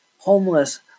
homeless